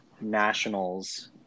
nationals